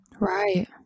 Right